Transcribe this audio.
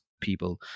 people